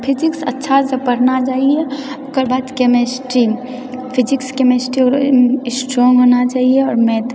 physics अच्छासँ पढ़ना चाहिए ओकर बाद केमिस्ट्री फिजिक्स केमिस्ट्री आओर स्ट्रोंग होना चाहिए आओर मैथ